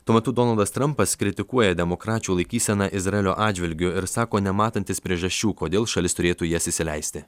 tuo metu donaldas trampas kritikuoja demokračių laikyseną izraelio atžvilgiu ir sako nematantis priežasčių kodėl šalis turėtų jas įsileisti